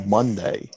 Monday